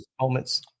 moments